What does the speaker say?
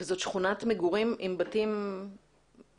וזאת שכונת מגורים עם בתי דירות?